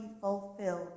fulfilled